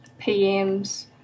PMs